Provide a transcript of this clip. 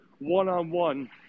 one-on-one